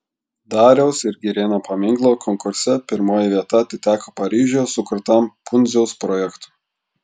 dariausi ir girėno paminklo konkurse pirmoji vieta atiteko paryžiuje sukurtam pundziaus projektui